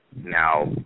Now